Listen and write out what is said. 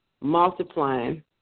multiplying